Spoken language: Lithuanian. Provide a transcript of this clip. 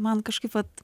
man kažkaip vat